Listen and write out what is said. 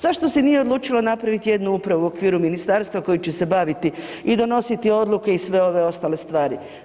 Zašto se nije odlučilo napraviti jednu upravu u okviru ministarstva koja će se baviti i donositi odluke i sve ove ostale stvari?